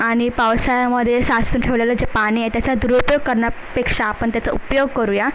आणि पावसाळ्यामध्ये साचून ठेवलेलं जे पाणी आहे त्याचा दुरुपयोग करण्यापेक्षा आपण त्याचा उपयोग करू या